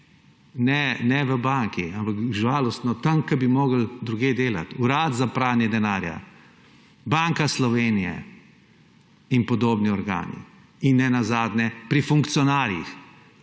ne v banki, žalostno, ampak tam, kjer bi morali drugje delati – Urad za pranje denarja, Banka Slovenije in podobni organi. In nenazadnje pri funkcionarjih,